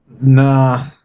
Nah